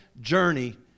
journey